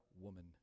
woman